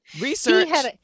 Research